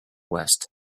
west